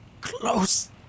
close